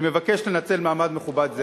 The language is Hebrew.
אני מבקש לנצל מעמד מכובד זה